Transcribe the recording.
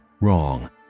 wrong